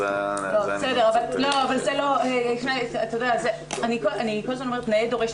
אז זה היה נראה קצת --- אני כל הזמן אומרת נאה דורש,